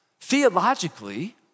Theologically